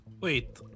Wait